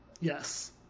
Yes